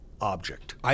object